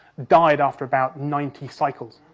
died after about ninety cycles.